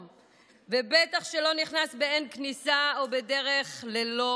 ובטח שלא נכנס באין כניסה או בדרך ללא מוצא.